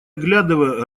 оглядывая